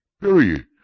period